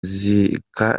zika